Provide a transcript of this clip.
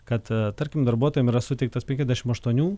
kad tarkim darbuotojam yra suteiktas penkiasdešim aštuonių